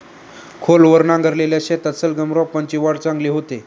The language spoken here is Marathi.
खोलवर नांगरलेल्या शेतात सलगम रोपांची वाढ चांगली होते